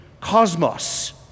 cosmos